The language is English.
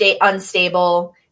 unstable